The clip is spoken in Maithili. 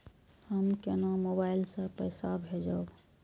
हम केना मोबाइल से पैसा भेजब?